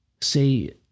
say